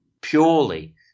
purely